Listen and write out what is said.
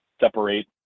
separate